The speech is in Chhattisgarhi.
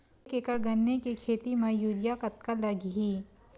एक एकड़ गन्ने के खेती म यूरिया कतका लगही?